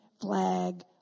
flag